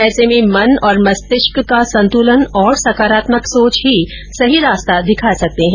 ऐसे में मन और मस्तिष्क का संतुलन और सकारात्मक सोच ही सही रास्ता दिखा सकते है